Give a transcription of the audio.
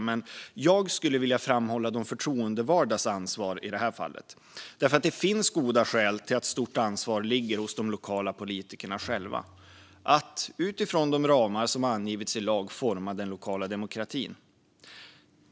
Men jag vill framhålla de förtroendevaldas ansvar i det här fallet därför att det finns goda skäl till att ett stort ansvar ligger hos de lokala politikerna själva att utifrån de ramar som angivits i lag forma den lokala demokratin.